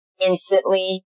instantly